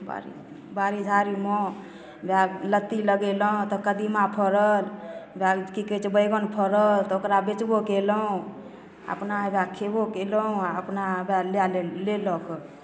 बाड़ी बाड़ी झाड़ीमे उएह लत्ती लगेलहुँ तऽ कदीमा फड़ल उएह की कहै छै बैगन फड़ल तऽ ओकरा बेचबो कयलहुँ अपना हउएह खयबो कयलहुँ आ अपना हउएह लए ले लेलक